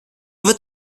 wird